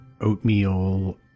oatmeal